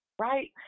Right